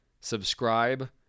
subscribe